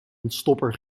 ontstopper